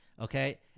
Okay